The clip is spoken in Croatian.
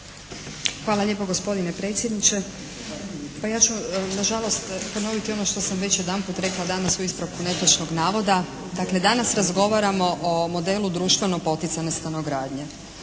Hvala lijepa gospodine predsjedniče. Pa ja ću, nažalost ponovit ono što sam već jedanput rekla u ispravku netočnog navoda. Dakle danas razgovaramo o modelu društveno poticajne stanogradnje.